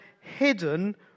hidden